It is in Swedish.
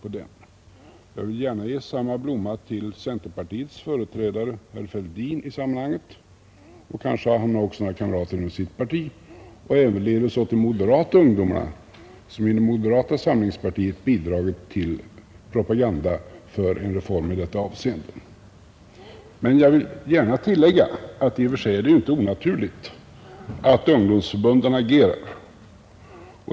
Jag vill också gärna ge en blomma till centerpartiets företrädare herr Fälldin — kanske har han också kamrater bakom sig inom sitt parti — och ävenledes åt de moderata ungdomarna, som inom moderata samlingspartiet bidragit till propagandan för en reform i detta avseende. Jag vill gärna tillägga att i och för sig är det ju inte onaturligt att ungdomsförbundarna agerar.